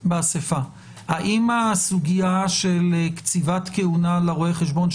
האם הסוגיה של קציבת כהונה לרואה חשבון,